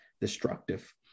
destructive